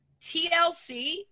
TLC